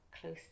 close